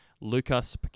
Lucas